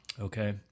okay